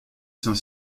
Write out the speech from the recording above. saint